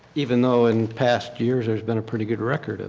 even though in past years there has been a pretty good record?